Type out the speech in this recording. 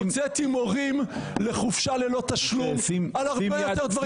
הוצאתי מורים לחופשה ללא תשלום על דברים יותר קטנים מזה.